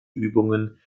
übungen